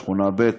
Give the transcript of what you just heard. בשכונה ב'